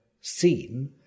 seen